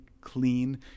clean